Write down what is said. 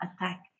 attack